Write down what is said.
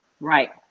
Right